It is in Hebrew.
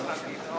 בבקשה, אדוני.